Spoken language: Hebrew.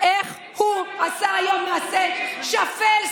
איך הוא עשה היום מעשה שפל,